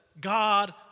God